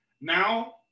now